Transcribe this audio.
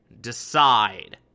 Decide